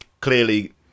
clearly